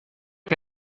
que